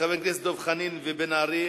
חברי הכנסת דב חנין ובן-ארי,